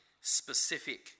specific